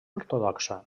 ortodoxa